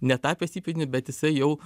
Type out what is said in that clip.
netapęs įpėdiniu bet jisai jau